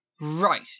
Right